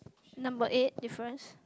number eight difference